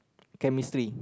chemistry